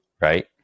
right